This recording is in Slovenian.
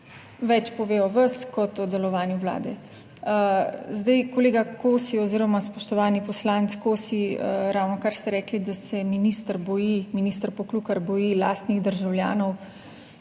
Več pove o vas kot o delovanju vlade. Zdaj, kolega Kosi oziroma spoštovani poslanec Kosi, ravnokar ste rekli, da se minister boji, minister Poklukar boji lastnih državljanov.